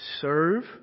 serve